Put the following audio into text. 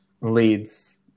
leads